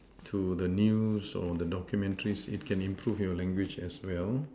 to the news or the documentaries it can improve your language as well